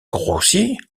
grossier